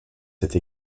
cette